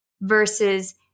versus